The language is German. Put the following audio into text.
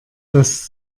dass